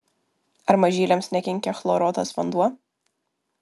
ar mažyliams nekenkia chloruotas vanduo